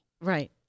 Right